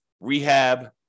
rehab